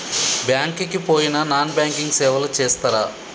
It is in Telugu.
బ్యాంక్ కి పోయిన నాన్ బ్యాంకింగ్ సేవలు చేస్తరా?